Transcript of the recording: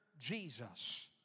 Jesus